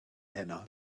heno